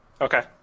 Okay